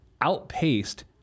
outpaced